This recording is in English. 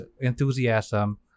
enthusiasm